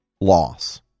loss